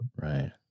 Right